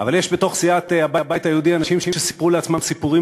אבל יש בתוך סיעת הבית היהודי אנשים שסיפרו לעצמם סיפורים